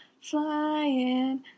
flying